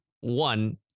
one